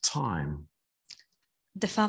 time